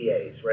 right